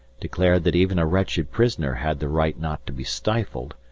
declared that even a wretched prisoner had the right not to be stifled,